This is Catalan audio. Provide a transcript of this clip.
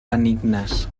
benignes